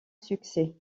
succès